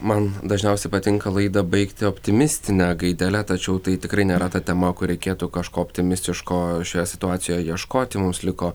man dažniausiai patinka laidą baigti optimistine gaidele tačiau tai tikrai nėra ta tema kur reikėtų kažko optimistiško šioje situacijoje ieškoti mums liko